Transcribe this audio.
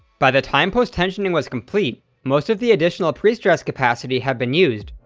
by the time post-tensioning was complete, most of the additional pre-stress capacity had been used,